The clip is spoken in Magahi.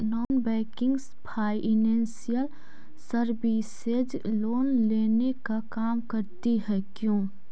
Non banking financial services loan देने का काम करती है क्यू?